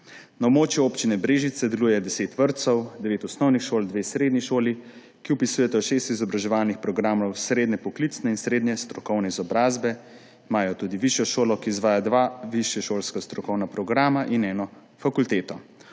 Na območju Občine Brežice deluje 10 vrtcev, devet osnovnih šol, dve srednji šoli, ki vpisujeta šest izobraževalnih programov srednje poklicne in srednje strokovne izobrazbe, imajo tudi višjo šolo, ki izvaja dva višješolska strokovna programa, in eno fakulteto.